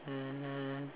mmhmm